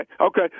okay